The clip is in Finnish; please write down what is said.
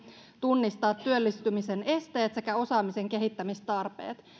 tunnistaa työllistymisen esteet sekä osaamisen kehittämistarpeet